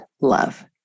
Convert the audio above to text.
love